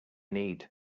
need